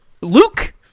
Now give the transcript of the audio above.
Luke